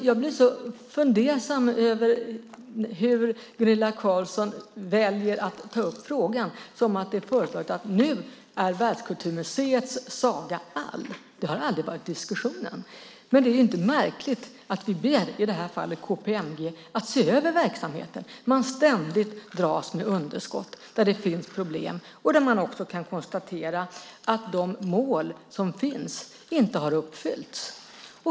Jag blir så fundersam över hur Gunilla Carlsson väljer att ta upp frågan, som att det är föreslaget att Världskulturmuseets saga nu är all. Det har aldrig varit diskussionen. Men det är inte märkligt att vi ber i detta fall KPMG att se över verksamheten när man ständigt dras med underskott. Det finns problem, och man kan också konstatera att de mål som finns inte har uppfyllts.